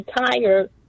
retired